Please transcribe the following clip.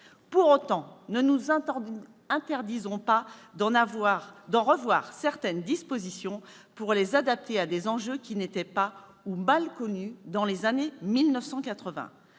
Pour autant, ne nous interdisons pas d'en revoir certaines dispositions pour les adapter à des enjeux qui n'étaient pas- ou mal -connus dans les années